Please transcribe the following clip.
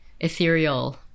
ethereal